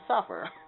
suffer